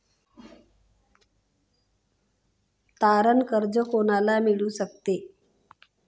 तारण कर्ज कोणाला मिळू शकते?